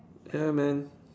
ya man